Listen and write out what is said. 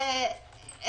כל